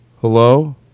hello